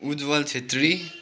Ujjwal Chhetri